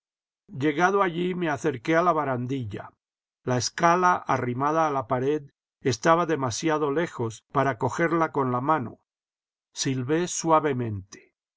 llegado allí me j erque a la barandilla la escala arrimada a la pared estaba demasiado lejos para cogerla con la mano silbé suavemente